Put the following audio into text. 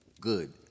Good